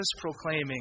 proclaiming